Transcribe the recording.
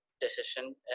decision